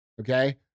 okay